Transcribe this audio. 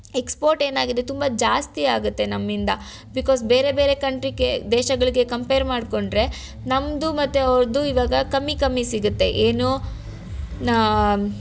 export ಏನಾಗಿದೆ ತುಂಬ ಜಾಸ್ತಿ ಆಗುತ್ತೆ ನಮ್ಮಿಂದ ಬಿಕೋಸ್ ಬೇರೆ ಬೇರೆ ಕಂಟ್ರಿಗೆ ದೇಶಗಳಿಗೆ ಕಂಪೇರ್ ಮಾಡಿಕೊಂಡ್ರೆ ನಮ್ಮದು ಮತ್ತು ಅವ್ರದ್ದು ಇವಾಗ ಕಮ್ಮಿ ಕಮ್ಮಿ ಸಿಗುತ್ತೆ ಏನು ನಾ